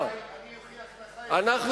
תבוא אלי ואני אוכיח לך את זה בשטח,